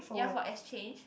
ya for exchange